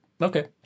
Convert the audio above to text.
Okay